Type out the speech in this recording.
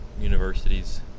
universities